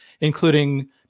including